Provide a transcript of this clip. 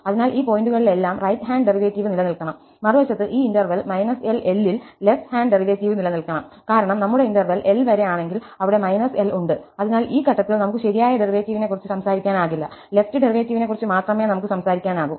അതിനാൽ ഈ പോയിന്റുകളിലെല്ലാം റൈറ്റ് ഹാൻഡ് ഡെറിവേറ്റീവ് നിലനിൽക്കണം മറുവശത്ത് ഈ ഇന്റർവെൽ −L Lൽ ലെഫ്റ് ഹാൻഡ് ഡെറിവേറ്റീവ് നിലനിൽക്കണം കാരണം നമ്മുടെ ഇന്റർവെൽ L വരെ ആണെങ്കിൽ ഇവിടെ L ഉണ്ട് അതിനാൽ ഈ ഘട്ടത്തിൽ നമുക്ക് ശരിയായ ഡെറിവേറ്റീവിനെക്കുറിച്ച് സംസാരിക്കാനാകില്ല ലെഫ്റ് ഡെറിവേറ്റീവിനെക്കുറിച്ച് മാത്രമേ നമുക്ക് സംസാരിക്കാനാകൂ